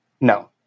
No